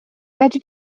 fedri